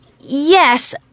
Yes